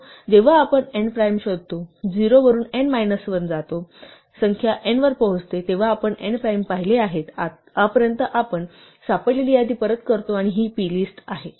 जेव्हा आपण n prime शोधतो 0 वरून n मायनस 1 वर जातो आणि संख्या n वर पोहोचते तेव्हा आपण n प्राइम पाहिले होते आपण आतापर्यंत सापडलेली यादी परत करतो आणि ही plist आहे